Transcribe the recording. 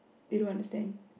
they don't understand